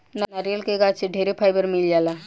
नारियल के गाछ से ढेरे फाइबर मिल जाला